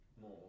more